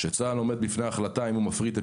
כשצה"ל עומד בפני החלטה אם הוא מפריט את